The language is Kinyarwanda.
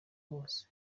hose